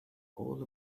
all